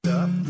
up